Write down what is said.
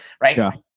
right